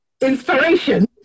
inspiration